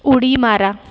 उडी मारा